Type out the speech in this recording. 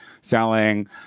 selling